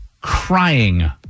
crying